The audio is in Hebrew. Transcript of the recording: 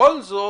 בכל זאת,